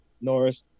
Norris